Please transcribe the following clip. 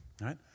right